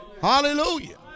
Hallelujah